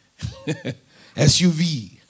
SUV